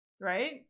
Right